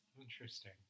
Interesting